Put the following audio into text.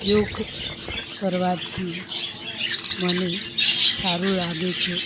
યોગ કરવાથી મને સારું લાગે છે